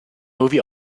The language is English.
movie